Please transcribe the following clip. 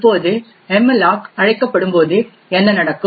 இப்போது மல்லோக் அழைக்கப்படும்போது என்ன நடக்கும்